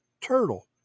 turtle